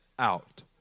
Out